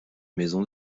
maison